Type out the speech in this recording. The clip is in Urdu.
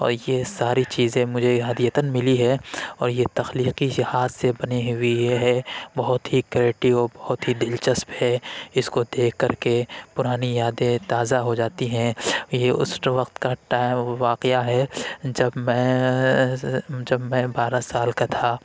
اور یہ ساری چیزیں مجھے ہدیۃً ملی ہے اور یہ تخلیقی لحاظ سے بنی ہوئی یہ ہے بہت ہی کریٹیو بہت ہی دلچسپ ہے اس کو دیکھ کر کے پرانی یادیں تازہ ہو جاتی ہیں یہ اس وقت کا واقعہ ہے جب میں جب میں بارہ سال کا تھا